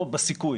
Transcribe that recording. להתייחס.